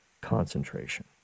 concentration